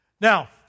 Now